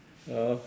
ah